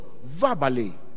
verbally